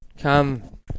come